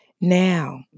Now